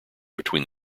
between